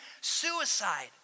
suicide